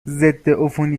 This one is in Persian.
ضدعفونی